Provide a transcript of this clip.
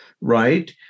right